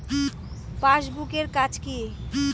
Passbook এর কাজ কি?